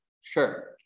Sure